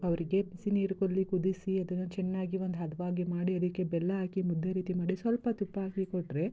ಅವ್ರಿಗೆ ಬಿಸಿ ನೀರು ಗೊಲ್ಲಿ ಕುದಿಸಿ ಅದನ್ನು ಚೆನ್ನಾಗಿ ಒಂದು ಹದವಾಗಿ ಮಾಡಿ ಅದಕ್ಕೆ ಬೆಲ್ಲ ಹಾಕಿ ಮುದ್ದೆ ರೀತಿ ಮಾಡಿ ಸ್ವಲ್ಪ ತುಪ್ಪ ಹಾಕಿ ಕೊಟ್ಟರೆ